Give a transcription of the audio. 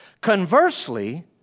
Conversely